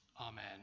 Amen